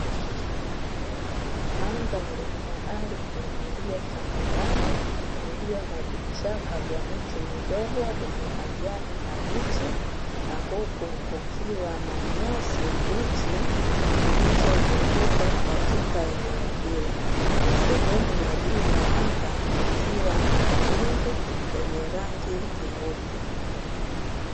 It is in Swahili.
Madhari ya ardhi iliyo tambarare Iliyo na vichaka vyenye miti midogo vyenye majani mabichi na huku kukiwa na nyasi mbichi zilizunguka katika eneo hilo na sehemu ya juu ya anga kukiwa na na mawingu yenye rangi nyeupe.